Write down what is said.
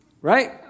Right